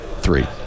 Three